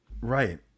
right